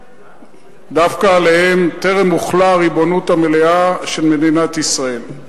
דווקא עליהם טרם הוחלה הריבונות המלאה של מדינת ישראל.